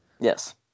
Yes